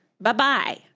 bye-bye